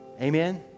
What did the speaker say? Amen